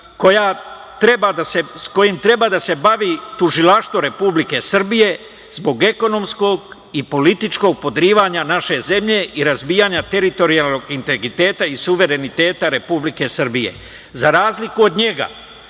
kojim treba da se bavi tužilaštvo Republike Srbije zbog ekonomskog i političkog podrivanja naše zemlje i razbijanja teritorijalnog integriteta i suvereniteta Republike Srbije. Za razliku od njega,